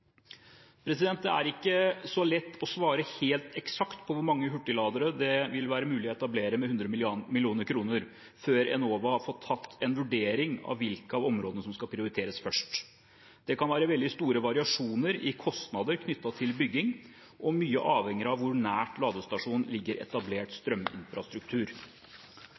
Det er ikke så lett å svare helt eksakt på hvor mange hurtigladere det vil være mulig å etablere med 100 mill. kr før Enova har gjort en vurdering av hvilke av områdene som skal prioriteres først. Det kan være veldig store variasjoner i kostnader knyttet til bygging, og mye avhenger av hvor nært ladestasjon ligger etablert strøminfrastruktur.